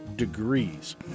Degrees